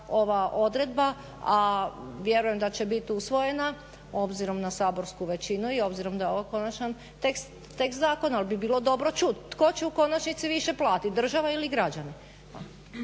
ova odredba. A vjerujem da će biti usvojena obzirom na saborsku većinu i obzirom da je ovo konačan tekst zakona. Ali bi bilo dobro čuti tko će u konačnici više platiti država ili građani?